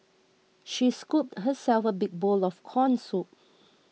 she scooped herself a big bowl of Corn Soup